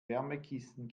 wärmekissen